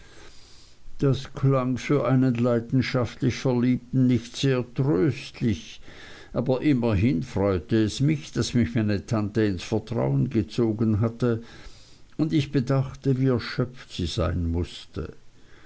das klang für einen leidenschaftlich verliebten nicht sehr tröstlich aber immerhin freute es mich daß mich meine tante ins vertrauen gezogen hatte und bedachte wie erschöpft sie sein mußte